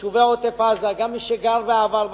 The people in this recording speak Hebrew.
ביישובי עוטף-עזה, גם כמי שגר בעבר בסביבה,